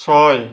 ছয়